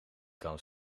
kan